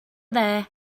there